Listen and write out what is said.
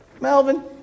Melvin